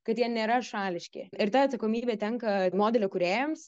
kad jie nėra šališki ir ta atsakomybė tenka modelių kūrėjams